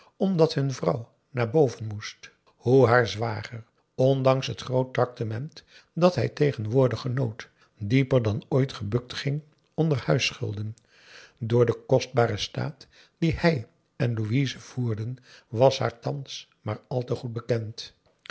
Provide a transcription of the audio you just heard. omdat hun vrouw naar boven moest hoe haar zwager ondanks het groot tractement dat hij tegenwoordig genoot dieper dan ooit gebukt ging onder huisschulden door den kostbaren staat dien hij en louise voerden was haar thans maar al te goed bekend